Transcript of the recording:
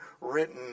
written